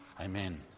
Amen